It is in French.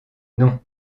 non